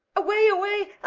away, away!